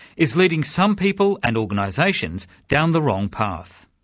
is leading some people and organisations down the wrong path.